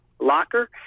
locker